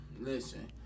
Listen